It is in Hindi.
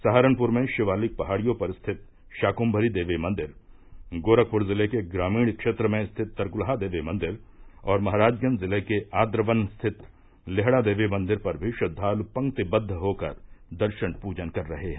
सहारनपुर में शिवालिक पहाड़ियों पर स्थित शाकुम्भरी देवी मंदिर गोरखपुर जिले के ग्रामीण क्षेत्र में स्थित तरकुलहा देवी मंदिर और महराजगंज जिले के आद्रवन स्थित लेहड़ा देवी मंदिर पर भी श्रद्वाल पंक्तिबद्व होकर दर्शन पूजन कर रहे हैं